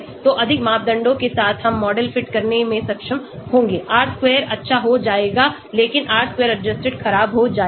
तो अधिक मापदंडों के साथ हम मॉडल फिट करने में सक्षम होंगे R square अच्छा हो जाएगा लेकिन R square adjusted खराब हो जाएगा